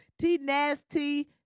T-Nasty